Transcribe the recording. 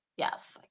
Yes